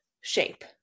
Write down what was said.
shape